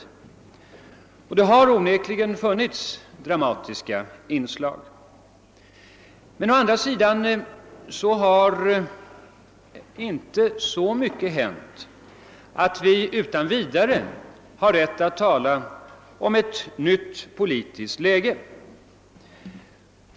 Det har onekligen funnits dramatiska inslag, men å andra sidan har inte så mycket hänt att vi utan vidare har rätt att tala om ett nytt politiskt läge.